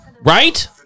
Right